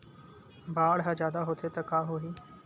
बाढ़ ह जादा होथे त का होही?